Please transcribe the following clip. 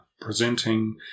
presenting